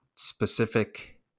specific